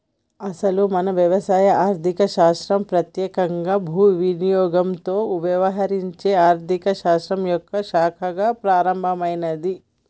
అసలు మన వ్యవసాయం ఆర్థిక శాస్త్రం పెత్యేకంగా భూ వినియోగంతో యవహరించే ఆర్థిక శాస్త్రం యొక్క శాఖగా ప్రారంభమైంది